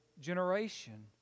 generation